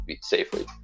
safely